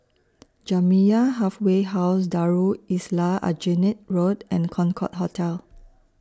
Jamiyah Halfway House Darul Islah Aljunied Road and Concorde Hotel